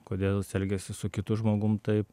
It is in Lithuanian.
kodėl jis elgiasi su kitu žmogum taip